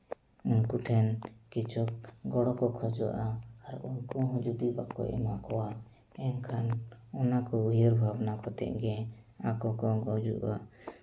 ᱩᱱᱠᱩ ᱴᱷᱮᱱ ᱠᱤᱪᱷᱩ ᱜᱚᱲᱚ ᱠᱚ ᱠᱷᱚᱡᱚᱜᱼᱟ ᱟᱨ ᱩᱱᱠᱩ ᱦᱚᱸ ᱡᱩᱫᱤ ᱵᱟᱠᱚ ᱮᱢᱟ ᱠᱚᱣᱟ ᱮᱱᱠᱷᱟᱱ ᱚᱱᱟ ᱠᱚ ᱩᱭᱦᱟᱹᱨ ᱵᱷᱟᱵᱽᱱᱟ ᱠᱟᱛᱮᱫ ᱜᱮ ᱟᱠᱚ ᱠᱚ ᱜᱩᱡᱩᱜᱼᱟ